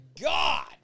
God